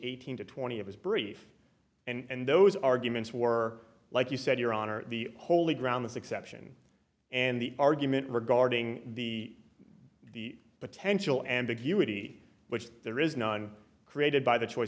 eighteen to twenty of his brief and those arguments were like you said your honor the holy ground is exception and the argument regarding the the potential ambiguity which there is none created by the choice